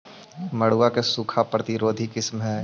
मड़ुआ के सूखा प्रतिरोधी किस्म हई?